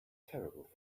terrible